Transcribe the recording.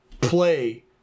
play